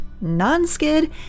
non-skid